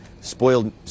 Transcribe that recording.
Spoiled